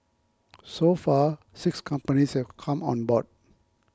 so far six companies have come on board